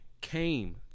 came